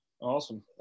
Awesome